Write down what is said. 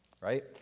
right